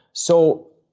so,